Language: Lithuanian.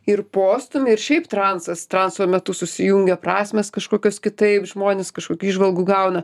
ir postūmiai ir šiaip transas transo metu susijungia prasmės kažkokios kitaip žmonės kažkokių įžvalgų gauna